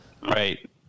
Right